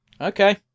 Okay